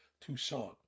tucson